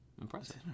impressive